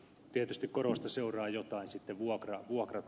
tietysti koroista seuraa jotain sitten vuokratasoksi